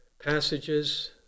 passages